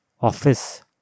office